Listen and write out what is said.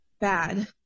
bad